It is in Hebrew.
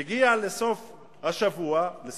הוא מגיע בסוף החודש,